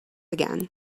again